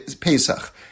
Pesach